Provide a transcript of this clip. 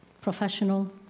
Professional